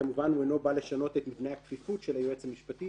וכמובן "הוא אינו בא לשנות את מבנה הכפיפות של היועץ המשפטי",